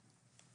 לנושא.